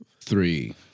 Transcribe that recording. three